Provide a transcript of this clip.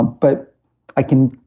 ah but i can,